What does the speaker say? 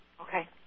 Okay